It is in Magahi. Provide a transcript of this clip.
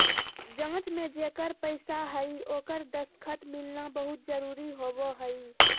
जाँच में जेकर पैसा हइ ओकर दस्खत मिलना बहुत जरूरी होबो हइ